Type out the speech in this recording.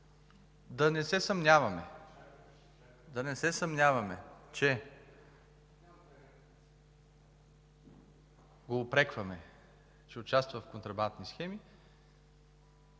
да не се съмняваме, да не го упрекваме, че участва в контрабандни схеми,